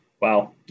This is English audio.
Wow